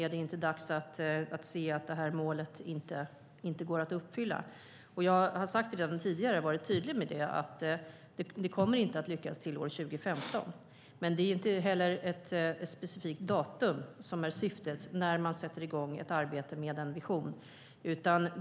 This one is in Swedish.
Är det inte dags att se att det här målet inte går att uppfylla? Jag har sagt redan tidigare och varit tydlig med att det inte kommer att lyckas till år 2015. Men det är inte heller ett specifikt datum som är syftet när man sätter i gång ett arbete med en vision.